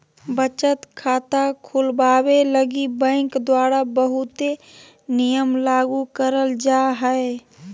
बचत खाता खुलवावे लगी बैंक द्वारा बहुते नियम लागू करल जा हय